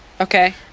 Okay